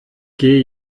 gehe